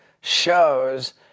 shows